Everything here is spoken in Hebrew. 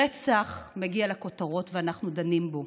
רצח מגיע לכותרות, ואנחנו דנים בו,